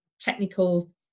technical